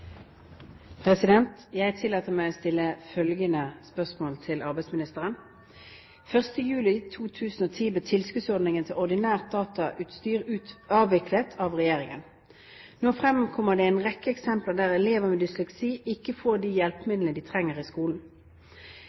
ordinært datautstyr avviklet av regjeringen. Nå fremkommer det en rekke eksempler der elever med dysleksi ikke får hjelpemidlene de trenger i skolen.